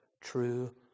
true